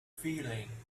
feeling